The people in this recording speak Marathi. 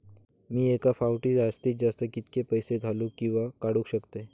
मी एका फाउटी जास्तीत जास्त कितके पैसे घालूक किवा काडूक शकतय?